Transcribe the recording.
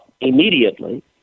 immediately